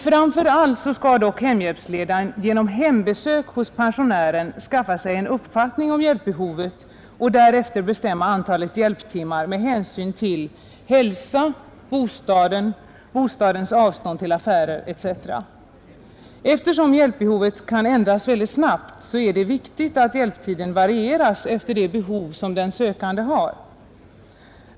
Framför allt skall dock hemhjälpsledaren genom hembesök hos pensionären skaffa sig en uppfattning om hjälpbehovet och därefter bestämma antalet hjälptimmar med hänsyn till hälsan, bostaden, bostadens avstånd till affärer etc. Eftersom hjälpbehovet kan ändras mycket snabbt är det viktigt att hjälptiden varieras efter det behov som den sökande har.